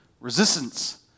Resistance